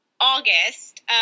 August